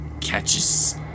Catches